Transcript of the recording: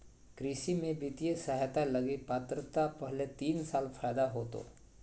कृषि में वित्तीय सहायता लगी पात्रता पहले तीन साल फ़ायदा होतो